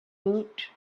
woot